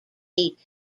eight